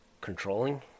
controlling